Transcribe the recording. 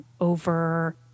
over